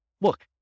look